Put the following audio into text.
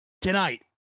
Tonight